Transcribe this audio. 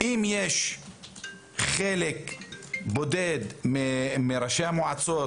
אם יש חלק בודד מראשי המועצות